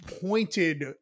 pointed